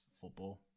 football